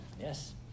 yes